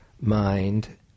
mind